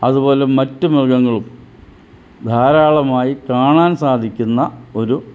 അതുപോലും മറ്റു മൃഗങ്ങളും ധാരാളമായി കാണാൻ സാധിക്കുന്ന ഒരു